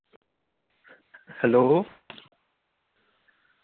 hello